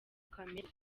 kamere